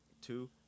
Two